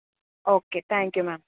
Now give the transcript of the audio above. okay thank you ma'am